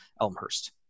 Elmhurst